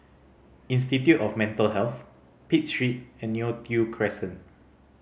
Institute of Mental Health Pitt Street and Neo Tiew Crescent